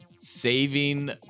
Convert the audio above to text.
Saving